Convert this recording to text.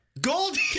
Goldie